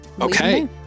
Okay